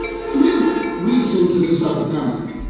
three weeks into this epidemic.